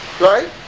Right